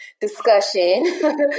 discussion